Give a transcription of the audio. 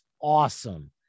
awesome